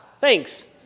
Thanks